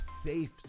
safe